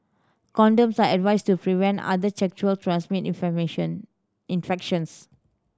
condoms are advised to prevent other sexually transmitted information infections